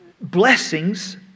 blessings